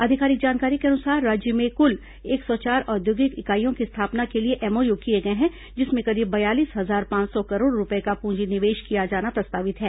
आधिकारिक जानकारी के अनुसार राज्य में कुल एक सौ चार औद्योगिक इकाइयों की स्थापना के लिए एमओयू किए गए हैं जिसमें करीब बयालीस हजार पांच सौ करोड़ रूपये का पूंजी निवेश किया जाना प्रस्तावित है